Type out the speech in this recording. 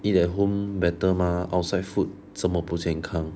eat at home better mah outside food 这么不健康